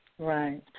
Right